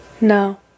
No